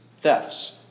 thefts